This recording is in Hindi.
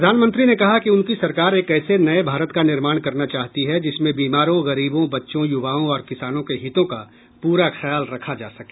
प्रधानमंत्री ने कहा कि उनकी सरकार एक ऐसे नए भारत का निर्माण करना चाहती है जिसमें बीमारों गरीबों बच्चों युवाओं और किसानों के हितों का पूरा ख्याल रखा जा सके